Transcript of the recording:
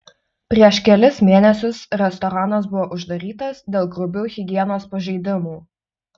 prieš kelis mėnesius restoranas buvo uždarytas dėl grubių higienos pažeidimų